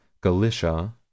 Galicia